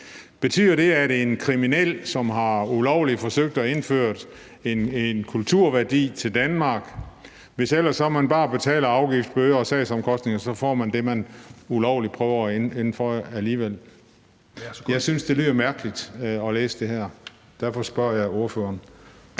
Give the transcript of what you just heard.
Betyder det, at hvis en kriminel, som ulovligt har forsøgt at indføre en kulturværdi til Danmark, bare betaler afgift, bøde og sagsomkostninger, så får man det, man ulovligt prøver at indføre, alligevel? Jeg synes, det virker mærkeligt at læse det her. Derfor spørger jeg ordføreren.